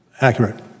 Accurate